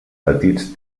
petits